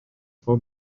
for